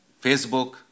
Facebook